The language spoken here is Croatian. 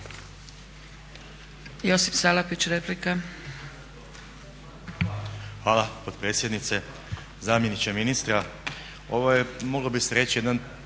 Josip (HDSSB)** Hvala potpredsjednice, zamjeniče ministra. Ovo je moglo bi se reći jedan